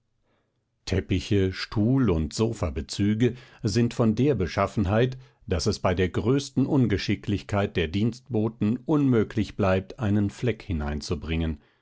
teppiche stuhl und sofa bezüge sind von der beschaffenheit daß es bei der größten ungeschicklichkeit der dienstboten unmöglich bleibt einen fleck hineinzubringen